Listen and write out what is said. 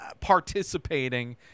Participating